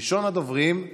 ראשון הדוברים,